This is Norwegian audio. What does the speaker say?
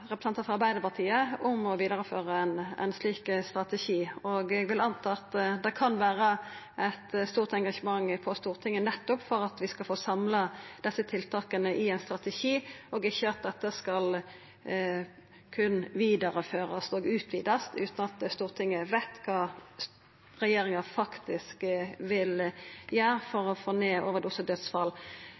Arbeidarpartiet om å føra vidare ein slik strategi. Eg vil anta at det kan vera eit stort engasjement på Stortinget nettopp for at vi skal få samla desse tiltaka i ein strategi, og ikkje at dette berre skal førast vidare og utvidast, utan at Stortinget veit kva regjeringa vil gjera for å få ned